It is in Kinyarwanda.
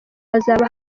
hazaba